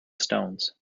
stones